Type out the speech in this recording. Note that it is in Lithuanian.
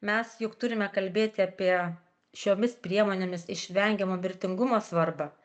mes juk turime kalbėti apie šiomis priemonėmis išvengiamo mirtingumo svarbą